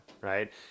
right